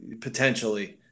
potentially